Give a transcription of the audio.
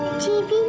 tv